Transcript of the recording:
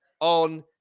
on